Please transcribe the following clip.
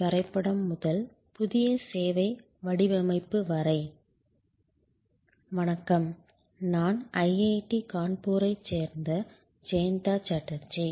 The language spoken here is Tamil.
வணக்கம் நான் ஐஐடி கான்பூரைச் சேர்ந்த ஜெயந்தா சாட்டர்ஜி